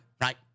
right